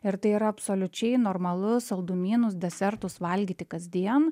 ir tai yra absoliučiai normalu saldumynus desertus valgyti kasdien